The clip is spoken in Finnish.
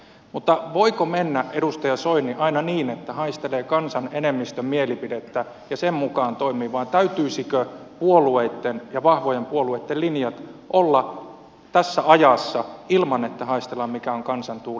mutta voiko mennä edustaja soini aina niin että haistelee kansan enemmistön mielipidettä ja sen mukaan toimii vai täytyisikö puolueitten ja vahvojen puolueitten linjat olla tässä ajassa ilman että haistellaan mikä on kansan tuuli